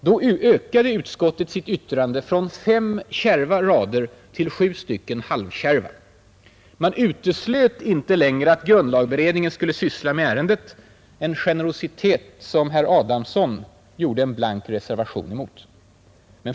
Då ökade utskottet sitt yttrande från fem kärva rader till sju halvkärva. Man uteslöt inte längre att grundlagberedningen skulle syssla med ärendet, en generositet som herr Adamsson gjorde en blank reservation mot.